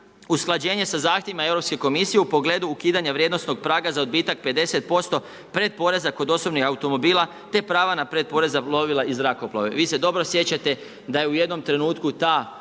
Usklađenje sa zahtjevima EK u pogledu ukidanja vrijednosnog praga za odbitak 50% pretporeza kod osobnih automobila, te prava na pretporez za plovila i zrakoplove. Vi se dobro sjećate da je u jednom trenutku ta